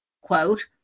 quote